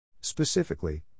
Specifically